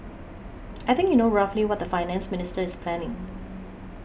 I think you know roughly what the Finance Minister is planning